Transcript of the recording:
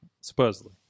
Supposedly